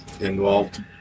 involved